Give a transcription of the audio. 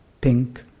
pink